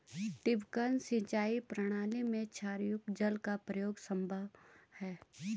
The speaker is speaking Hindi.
टपकन सिंचाई प्रणाली में क्षारयुक्त जल का प्रयोग संभव है